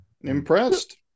impressed